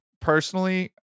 personally